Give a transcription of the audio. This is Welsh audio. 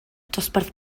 dosbarth